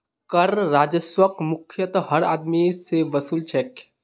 कर राजस्वक मुख्यतयः हर आदमी स वसू ल छेक